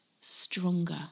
stronger